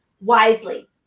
wisely